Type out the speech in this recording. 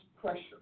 pressure